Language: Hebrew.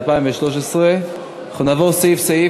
התשע"ד 2013. אנחנו נעבור סעיף-סעיף.